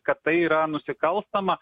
kad tai yra nusikalstama